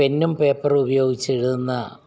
പെന്നും പേപ്പറും ഉപയോഗിച്ചെഴുതുന്ന